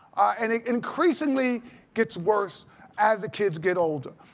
and it increasingly gets worse as the kids get older.